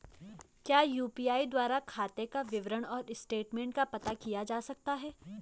क्या यु.पी.आई द्वारा खाते का विवरण और स्टेटमेंट का पता किया जा सकता है?